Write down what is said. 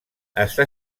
està